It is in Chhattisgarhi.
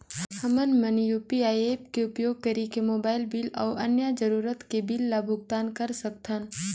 हमन मन यू.पी.आई ऐप्स के उपयोग करिके मोबाइल बिल अऊ अन्य जरूरत के बिल ल भुगतान कर सकथन